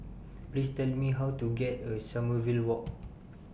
Please Tell Me How to get A Sommerville Walk